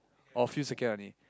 or a few second only